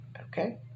Okay